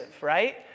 right